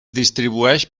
distribueix